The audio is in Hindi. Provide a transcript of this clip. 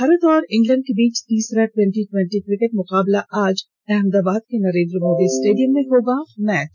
भारत और इंग्लैंड के बीच तीसरा ट्वेन्टी ट्वेन्टी क्रिकेट मुकाबला आज अहमदाबाद के नरेन्द्र मोदी स्टेडियम में होगा मैच